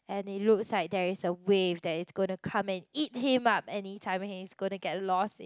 and it looks like there is a wave that is going to come and eat him up anytime and he's going to get lost in